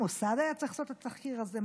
המוסד היה צריך לעשות את התחקיר הזה.